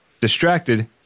Distracted